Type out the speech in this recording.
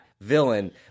villain